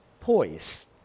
poise